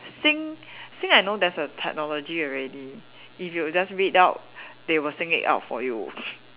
sing sing I know there's a technology already if you just read out they will sing it out for you